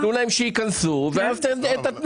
תנו להם שייכנסו, ואז את התנאים.